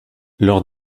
leur